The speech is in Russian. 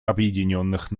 объединенных